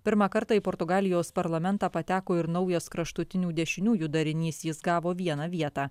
pirmą kartą į portugalijos parlamentą pateko ir naujas kraštutinių dešiniųjų darinys jis gavo vieną vietą